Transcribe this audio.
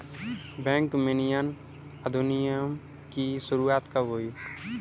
Bank विनियमन अधिनियम की शुरुआत कब हुई?